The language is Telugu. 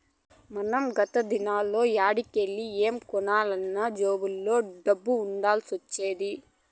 మనం గత దినాల్ల యాడికెల్లి ఏం కొనాలన్నా జేబుల్ల దుడ్డ ఉండాల్సొచ్చేది